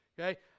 okay